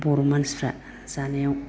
बर' मानसिफ्रा जानायाव